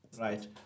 right